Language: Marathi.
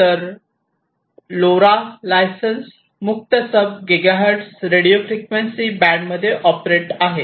तर एलओआरए लायसन्स मुक्त सब गिगाहर्टझ रेडिओ फ्रिक्वेन्सी बँडमध्ये ऑपरेट आहे